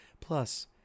Plus